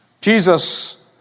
Jesus